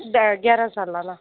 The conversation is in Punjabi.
ਡੈ ਗਿਆਰਾਂ ਸਾਲਾਂ ਦਾ